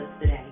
today